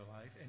life